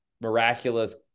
miraculous